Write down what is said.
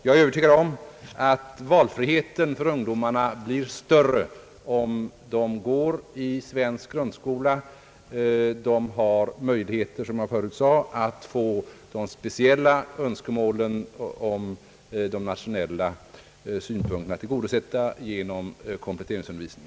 Jag är övertygad om att valfriheten för ungdomarna blir större om de går i en svensk grundskola. De har möjligheter, som jag förut sade, att få de speciella önskemålen om de nationella synpunkterna tillgodosedda genom kompletteringsundervisning.